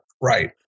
Right